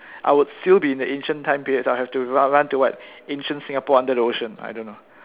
I would still be in the ancient time periods I'll have to run to what ancient Singapore under the ocean I don't know